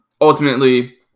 ultimately